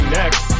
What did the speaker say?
next